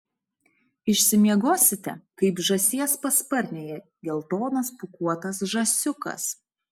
išsimiegosite kaip žąsies pasparnėje geltonas pūkuotas žąsiukas